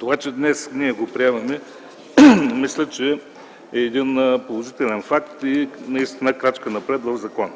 Това, че днес го приемаме, е положителен факт и ние сме крачка напред в закона.